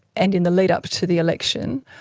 and in the lead-up to the election,